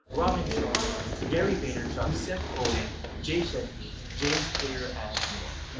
robin sharma, gary vaynerchuk, seth godin, jay shetty, james clear, and more.